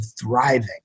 thriving